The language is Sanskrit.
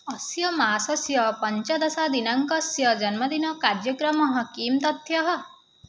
अस्य मासस्य पञ्चदशदिनाङ्कस्य जन्मदिनकार्यक्रमः किं तथ्यम्